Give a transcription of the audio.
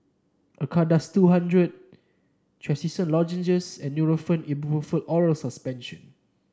Acardust two hundred Trachisan Lozenges and Nurofen Ibuprofen Oral Suspension